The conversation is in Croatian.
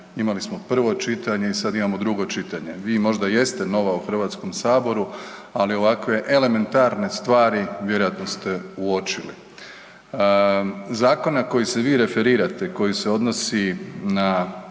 imali smo prvo čitanje i sad imamo drugo čitanje. Vi možda jeste nova u Hrvatskom saboru, ali ovakve elementarne stvari vjerojatno ste uočili. Zakon na koji se vi referirate, koji se odnosi na